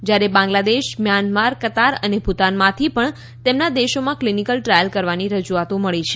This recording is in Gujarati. જ્યારે બાંગ્લાદેશ મ્યાનમાર કતાર અને ભૂતાનમાંથી પણ તેમના દેશોમાં ક્લીનીકલ ટ્રાયલકરવાની રજૂઆતો મળી છે